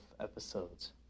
episodes